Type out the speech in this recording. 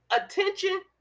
attention